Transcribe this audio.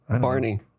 Barney